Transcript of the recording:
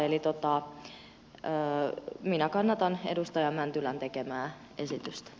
eli minä kannatan edustaja mäntylän tekemää esitystä